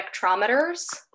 spectrometers